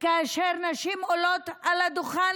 כאשר נשים עולות פה לפעמים על הדוכן,